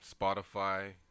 Spotify